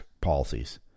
policies